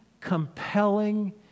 compelling